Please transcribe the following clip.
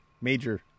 major